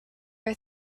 were